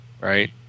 right